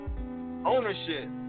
ownership